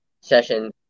session